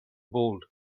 bald